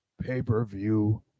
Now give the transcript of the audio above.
pay-per-view